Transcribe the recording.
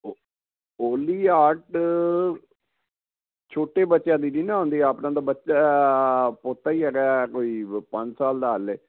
ਹੋਲੀ heart ਛੋਟੇ ਬੱਚਿਆਂ ਦੀ ਜੀ ਨਾ ਹੁੰਦੀ ਆਪਣਾ ਤਾਂ ਬੱਚਾ ਪੋਤਾ ਹੀ ਹੈਗਾ ਕੋਈ ਪੰਜ ਸਾਲ ਦਾ ਹਾਲੇ